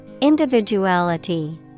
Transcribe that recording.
Individuality